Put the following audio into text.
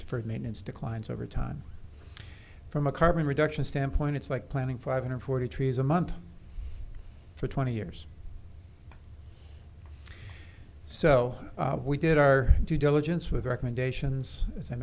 for maintenance declines over time from a carbon reduction standpoint it's like planning five hundred forty trees a month for twenty years so we did our due diligence with recommendations as i